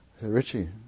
Richie